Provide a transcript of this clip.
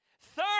Third